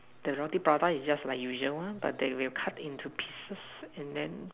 the roti prata is just usual one but they will cut into pieces and then